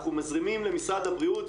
אנחנו מזרימים למשרד הבריאות,